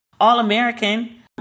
All-American